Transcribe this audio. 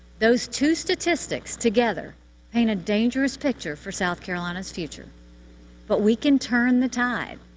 those two statistics together paint a dangerous picture for south carolina's future but we can turn the tide.